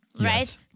right